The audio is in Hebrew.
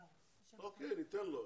אוקיי ניתן לו.